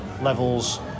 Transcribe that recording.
levels